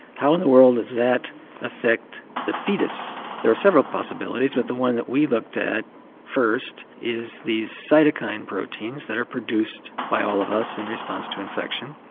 how in the world does that affect the foetus? there are several possibilities, but the one that we looked at first is these cytokine proteins that are produced by all of us in response to infection,